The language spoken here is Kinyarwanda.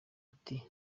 ati